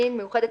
מיוחדת